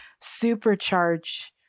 supercharge